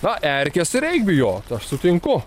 na erkės tai reik bijot aš sutinku